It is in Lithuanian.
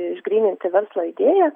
išgryninti verslo idėją